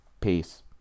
Peace